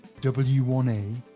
W1A